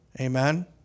Amen